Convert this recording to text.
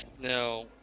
No